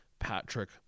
Patrick